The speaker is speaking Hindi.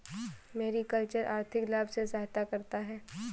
मेरिकल्चर आर्थिक लाभ में सहायता करता है